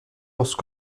lorsque